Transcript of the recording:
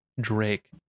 Drake